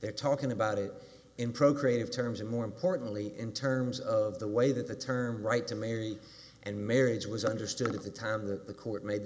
they're talking about it in procreative terms and more importantly in terms of the way that the term right to marry and marriage was understood at the time of the court made the